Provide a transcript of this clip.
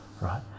right